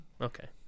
Okay